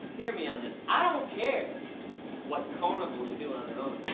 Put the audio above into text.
hear me on this. i don't care what carnivores do on their own